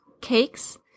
cakes